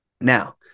Now